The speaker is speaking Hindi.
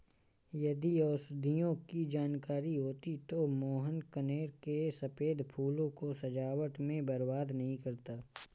यदि औषधियों की जानकारी होती तो मोहन कनेर के सफेद फूलों को सजावट में बर्बाद नहीं करता